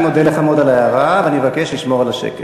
אני מודה לך מאוד על ההערה ואני מבקש לשמור על השקט.